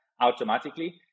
automatically